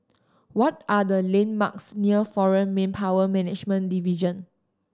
what are the landmarks near Foreign Manpower Management Division